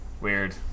Weird